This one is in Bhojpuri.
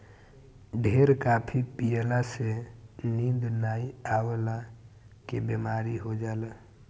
ढेर काफी पियला से नींद नाइ अवला के बेमारी हो जाला